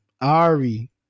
Ari